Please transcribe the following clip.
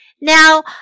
Now